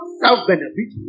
self-benefit